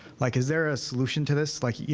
like is there a solution to this? like,